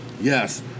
Yes